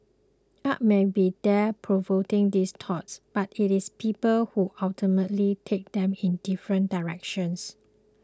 art may be there provoking these thoughts but it is people who ultimately take them in different directions